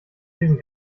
diesen